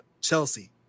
Chelsea